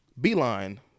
Beeline